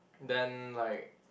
then like